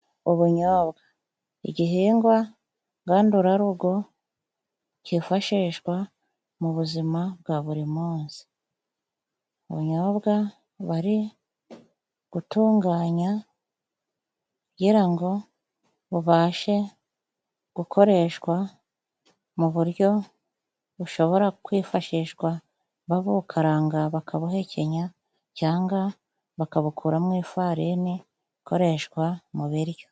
Ubunyobwa, igihingwa ngandurarugo cyifashishwa mu buzima bwa buri munsi. Ubunyobwa bari gutunganya kugira ngo bubashe gukoreshwa, mu buryo bushobora kwifashishwa babukaranga bakabuhekenya, cyangwa bakabukuramo ifarini ikoreshwa mu biryo.